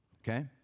okay